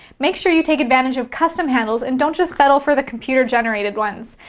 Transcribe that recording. make sure you take advantage of custom handles and don't just settle for the computer generated ones.